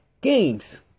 games